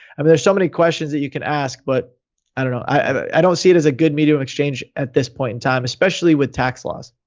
there's so many questions that you can ask, but i don't know. i don't see it as a good medium of exchange at this point in time, especially with tax laws.